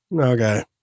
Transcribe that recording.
Okay